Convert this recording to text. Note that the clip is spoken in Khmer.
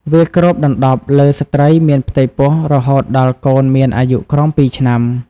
វាគ្របដណ្តប់លើស្ត្រីមានផ្ទៃពោះ រហូតដល់កូនមានអាយុក្រោម២ឆ្នាំ។